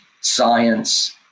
science